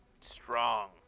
strong